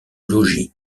logis